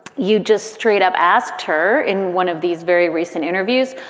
you just straight up asked her in one of these very recent interviews,